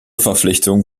verpflichtung